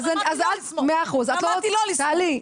אין בעיה,